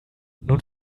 nun